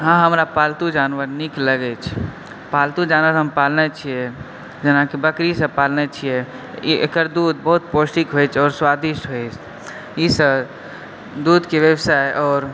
हँ हमरा पालतू जानवर नीक लगैत अछि पालतू जानवर हम पालने छियै जेनाकि बकरीसभ पालने छियै ई एकर दूध बहुत पौष्टिक होयत छै आओर स्वादिष्ट होयत ईसभ दूधके व्यवसाय आओर